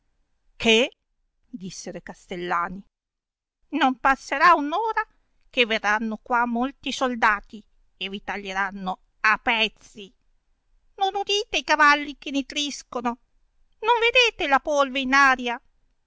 che disseno e castellani non passerà un'ora che verranno qua molti soldati e vi taglieranno a pezzi non udite i cavalli che nitriscono non vedete la polve in aria